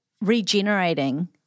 regenerating